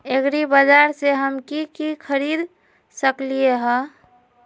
एग्रीबाजार से हम की की खरीद सकलियै ह?